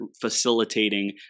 facilitating